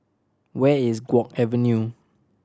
where is Guok Avenue